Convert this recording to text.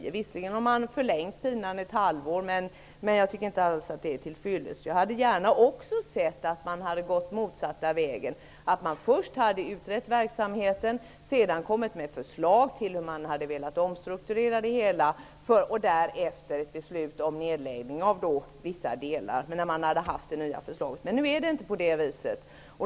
Visserligen har man förlängt pinan ett halvår. Men det hela är inte alls till fyllest. Jag hade också gärna sett att man hade gått motsatta vägen -- dvs. att man först hade utrett verksamheten och sedan hade kommit med förslag till en omstrukturering och därefter med beslut om nedläggning av vissa delar sedan man fått det nya förslaget. Nu är det inte på det viset.